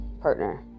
partner